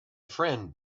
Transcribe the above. friend